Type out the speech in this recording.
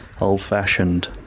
old-fashioned